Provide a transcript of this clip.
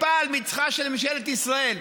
חרפה על מצחה של ממשלת ישראל.